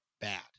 bad